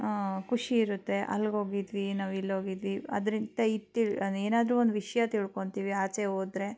ಖುಷಿ ಇರುತ್ತೆ ಅಲ್ಲಿಗೋಗಿದ್ವಿ ನಾವು ಇಲ್ಲೋಗಿದ್ವಿ ಅದರಿಂದ ಇತ್ತು ಏನಾದ್ರೂ ಒಂದು ವಿಷಯ ತಿಳ್ಕೊತಿವಿ ಆಚೆ ಹೋದ್ರೆ